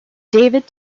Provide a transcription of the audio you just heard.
david